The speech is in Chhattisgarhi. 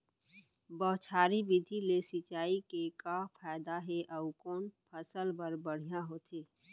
बौछारी विधि ले सिंचाई के का फायदा हे अऊ कोन फसल बर बढ़िया होथे?